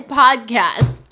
podcast